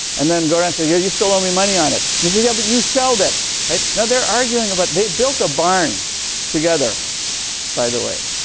and then goran said, yeah, you still owe me money on it. and he said, yeah, but you shelled it. right. and they're arguing about they've built a barn together by the way,